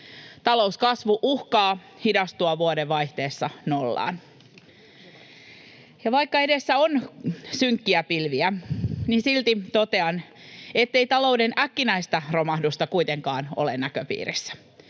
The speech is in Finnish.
Talouskasvu uhkaa hidastua vuodenvaihteessa nollaan. Ja vaikka edessä on synkkiä pilviä, niin silti totean, ettei talouden äkkinäistä romahdusta kuitenkaan ole näköpiirissä.